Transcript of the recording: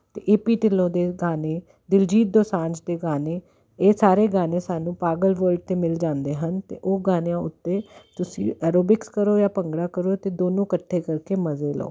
ਅਤੇ ਏਪੀ ਢਿੱਲੋ ਦੇ ਗਾਣੇ ਦਿਲਜੀਤ ਦੋਸਾਂਝ ਦੇ ਗਾਣੇ ਇਹ ਸਾਰੇ ਗਾਣੇ ਸਾਨੂੰ ਪਾਗਲ ਵਰਲਡ 'ਤੇ ਮਿਲ ਜਾਂਦੇ ਹਨ ਅਤੇ ਉਹ ਗਾਣਿਆਂ ਉੱਤੇ ਤੁਸੀਂ ਐਰੋਬਿਕਸ ਕਰੋ ਜਾਂ ਭੰਗੜਾ ਕਰੋ ਅਤੇ ਦੋਨੋਂ ਇਕੱਠੇ ਕਰਕੇ ਮਜ਼ੇ ਲਓ